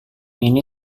ini